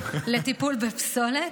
אסטרטגית לטיפול בפסולת.